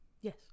yes